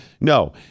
no